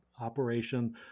operation